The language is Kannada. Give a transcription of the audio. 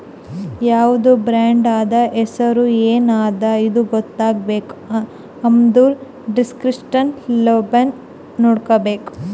ಯಾವ್ದು ಬ್ರಾಂಡ್ ಅದಾ, ಹೆಸುರ್ ಎನ್ ಅದಾ ಇದು ಗೊತ್ತಾಗಬೇಕ್ ಅಂದುರ್ ದಿಸ್ಕ್ರಿಪ್ಟಿವ್ ಲೇಬಲ್ ನೋಡ್ಬೇಕ್